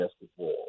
basketball